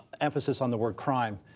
emphasis on the word crime.